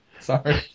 Sorry